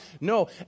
No